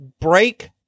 break